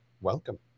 welcome